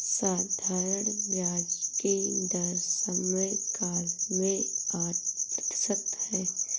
साधारण ब्याज की दर समयकाल में आठ प्रतिशत है